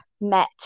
met